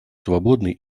свободный